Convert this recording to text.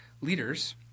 leaders